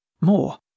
More